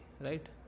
right